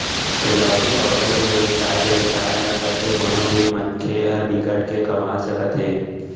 सजावटी पउधा के बेवसाय बेवसाय ल करके कोनो भी मनखे ह बिकट के कमा सकत हे